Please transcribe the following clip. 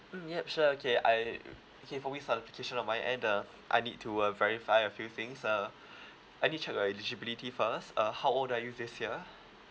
mm yup sure okay I okay for with verification on my end uh I need to uh verify a few things uh I need to check your eligibility first uh how old are you this year